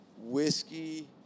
whiskey